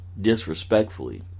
Disrespectfully